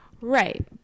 Right